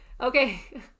Okay